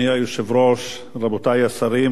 8740, 8751,